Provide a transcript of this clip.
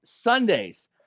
Sunday's